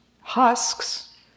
husks